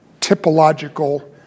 typological